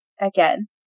Again